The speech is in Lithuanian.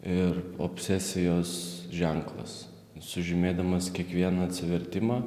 ir obsesijos ženklas sužymėdamas kiekvieną atsivertimą